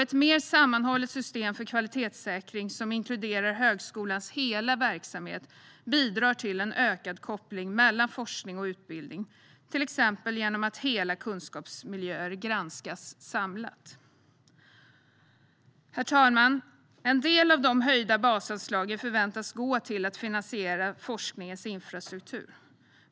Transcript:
Ett mer sammanhållet system för kvalitetssäkring, som inkluderar högskolans hela verksamhet, bidrar till en ökad koppling mellan forskning och utbildning, till exempel genom att hela kunskapsmiljöer granskas samlat. Herr talman! En del av de höjda basanslagen förväntas gå till att finansiera forskningens infrastruktur.